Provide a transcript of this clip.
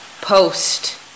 post